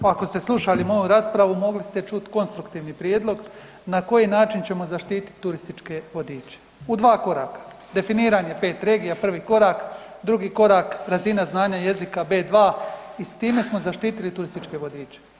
Pa ako ste slušali moju raspravu, mogli ste čuti konstruktivni prijedlog na koji način ćemo zaštititi turističke vodiče, u dva koraka, definiranje 5 regija, prvi korak, drugi korak, razina znanja jezika B2 i s time smo zaštitili turističke vodiče.